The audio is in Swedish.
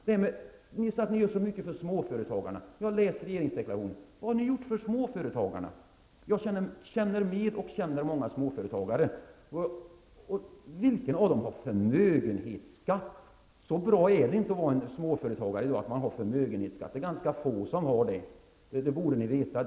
Ni säger att ni gör så mycket för småföretagarna. Jag har läst regeringsdeklarationen. Vad har ni gjort för småföretagarna? Jag känner och känner med många småföretagare. Vilka av dem betalar förmögenhetsskatt? Så bra är det inte att vara småföretagare i dag att de betalar förmögenhetsskatt. Det är ganska få som gör det, och det borde ni veta.